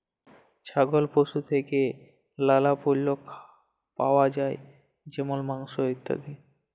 ছাগল পশু থেক্যে লালা পল্য পাওয়া যায় যেমল মাংস, ইত্যাদি